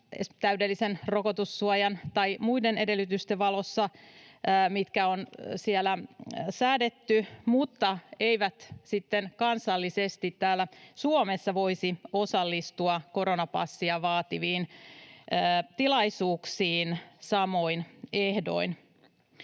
täydellisen rokotussuojan tai muiden edellytysten valossa, mitkä on siellä säädetty, mutta eivät sitten kansallisesti täällä Suomessa voisi osallistua koronapassia vaativiin tilaisuuksiin samoin ehdoin.